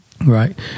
Right